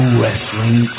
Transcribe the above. wrestling